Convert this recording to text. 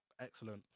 excellent